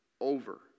over